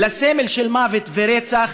לסמל של מוות ורצח,